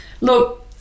look